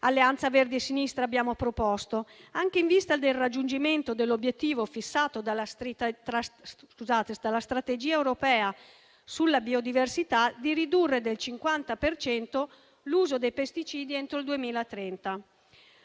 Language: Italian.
dell'Alleanza Verdi e Sinistra abbiamo proposto, anche in vista del raggiungimento dell'obiettivo, fissato dalla strategia europea sulla biodiversità, di ridurre del 50 per cento l'uso dei pesticidi entro il 2031.